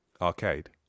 Arcade